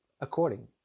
according